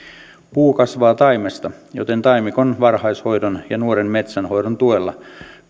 puu kasvaa taimesta joten taimikon varhaishoidon ja nuoren metsän hoidon tuella